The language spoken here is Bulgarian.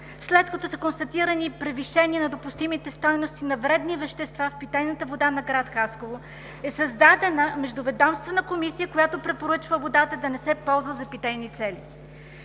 след като са констатирани превишения на допустимите стойности на вредни вещества в питейната вода на град Хасково, е създадена междуведомствена комисия, която препоръчва водата да не се ползва за питейни цели.